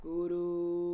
Guru